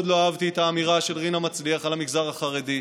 מאוד לא אהבתי את האמירה של רינה מצליח על המגזר החרדי,